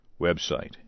website